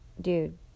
dude